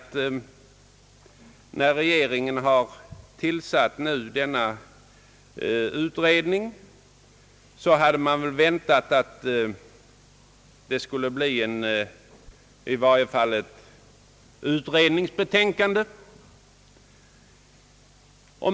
När regeringen nu har tillsatt denna utredning så hade man väl väntat att det skulle komma ett utredningsbetänkande.